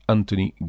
Anthony